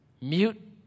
Mute